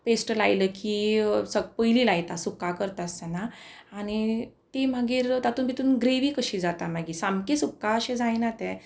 paste लायलो की स पयली लायता सुक्का करता आसतना आनी ती मागीर तातूंत भितर ग्रेवी कशी जाता मागीर सामकी सुक्का अशें जायना तें